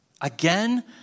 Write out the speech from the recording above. Again